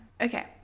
okay